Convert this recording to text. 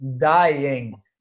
dying